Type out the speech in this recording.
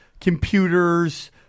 computers